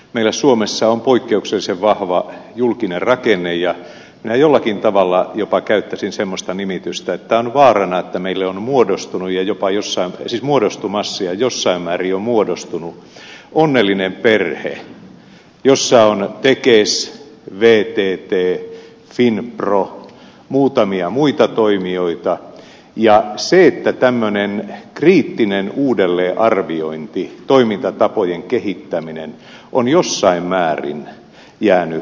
meillä suomessa on poikkeuksellisen vahva julkinen rakenne ja minä jollakin tavalla jopa käyttäisin semmoista nimitystä että on vaarana että meille on muodostunu ja jopa jossa olisi muodostumassa ja jossain määrin jo muodostunut onnellinen perhe jossa on tekes vtt finpro muutamia muita toimijoita ja tämmöinen kriittinen uudelleenarviointi toimintatapojen kehittäminen on jossain määrin jäänyt varjoon